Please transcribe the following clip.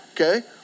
okay